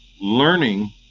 learning